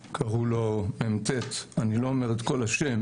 שקראו לו מ"ט, אני לא אומר את כל השם,